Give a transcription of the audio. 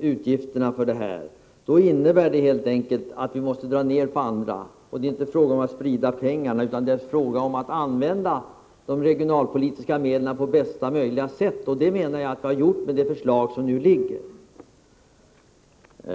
insatser som centern föreslår, innebär detta en fördubbling av kostnaderna eller att vi tvingas dra ned på andra delar av det regionalpolitiska stödet. Det är inte fråga om att sprida pengarna, utan det är fråga om att använda de regionalpolitiska medlen på bästa möjliga sätt. Och det menar jag att vi gör genom det förslag som nu ligger.